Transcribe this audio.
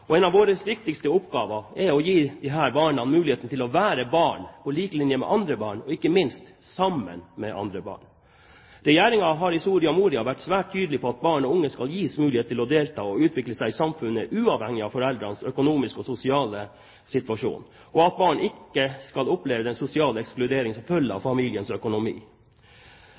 En av våre viktigste oppgaver er å gi disse barna muligheten til å være barn på lik linje med andre barn og, ikke minst, sammen med andre barn. Regjeringen har i Soria Moria vært svært tydelig på at barn og unge skal gis mulighet til å delta og utvikle seg i samfunnet, uavhengig av foreldrenes økonomiske og sosiale situasjon, og at barn ikke skal oppleve den sosiale ekskluderingen som følge av familiens økonomi.